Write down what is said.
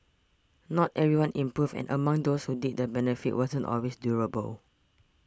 not everyone improved and among those who did the benefit wasn't always durable